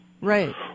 Right